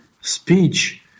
speech